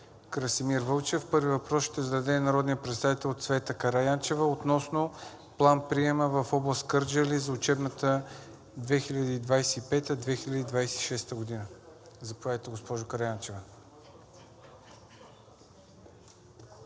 Красимир Вълчев. Първи въпрос ще зададе народният представител Цвета Караянчева относно план-приема в област Кърджали за учебната 2025/2026 г. Заповядайте, госпожо Караянчева.